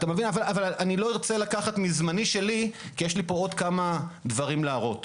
אבל לא ארצה לקחת מזמני שלי כי יש לי עוד כמה דברים להראות.